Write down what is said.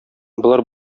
болар